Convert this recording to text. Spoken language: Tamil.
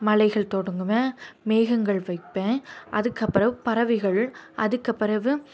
மலைகள் தொடங்குவேன் மேகங்கள் வைப்பேன் அதுக்கப்புறம் பறவைகள் அதுக்குப்பிறவு